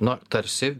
na tarsi